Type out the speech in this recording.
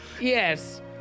Yes